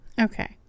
Okay